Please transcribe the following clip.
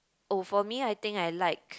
oh for me I think I like